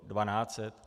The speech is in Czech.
Dvanáct set?